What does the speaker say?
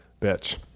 bitch